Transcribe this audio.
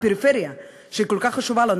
הפריפריה שכל כך חשובה לנו,